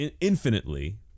infinitely